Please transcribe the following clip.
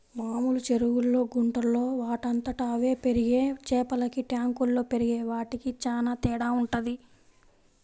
మామూలు చెరువుల్లో, గుంటల్లో వాటంతట అవే పెరిగే చేపలకి ట్యాంకుల్లో పెరిగే వాటికి చానా తేడా వుంటది